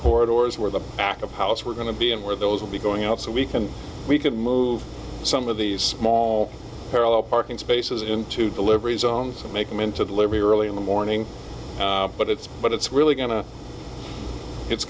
corridors where the back of house we're going to be and where those will be going out so we can we can move some of these small parallel parking spaces into delivery zones and make them into the livery early in the morning but it's but it's really going to it's